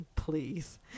please